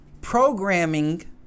programming